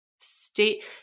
state